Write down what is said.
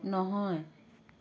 নহয়